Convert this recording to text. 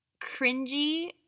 cringy